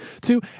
two